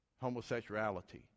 homosexuality